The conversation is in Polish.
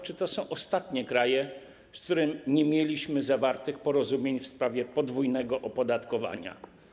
Czy to są ostatnie kraje, z którymi nie mieliśmy zawartych porozumień w sprawie podwójnego opodatkowania?